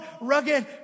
rugged